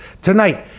Tonight